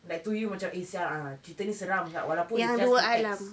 like to you macam eh sia ah cerita ni seram sia walaupun it's just few text